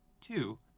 two